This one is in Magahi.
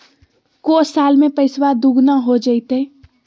को साल में पैसबा दुगना हो जयते?